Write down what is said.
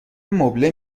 مبله